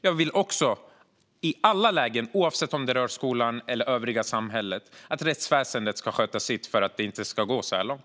Jag vill också, i alla lägen, oavsett om det rör skolan eller övriga samhället, att rättsväsendet ska sköta sitt så att det inte ska gå så här långt.